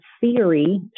theory